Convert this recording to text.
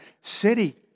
city